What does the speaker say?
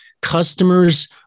customers